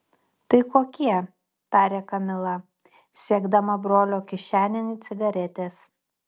tai kokie tarė kamila siekdama brolio kišenėn cigaretės